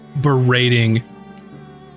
berating